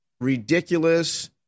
ridiculous